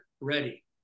Ready